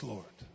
Lord